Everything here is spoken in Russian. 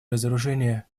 разоружения